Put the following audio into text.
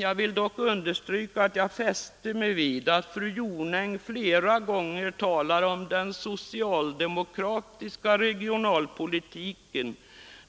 Jag vill dock understryka att jag fäste mig vid att fru Jonäng flera gånger talade om den ”socialdemokratiska” regionalpolitiken,